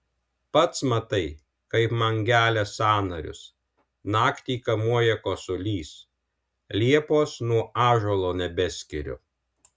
pats matai kaip man gelia sąnarius naktį kamuoja kosulys liepos nuo ąžuolo nebeskiriu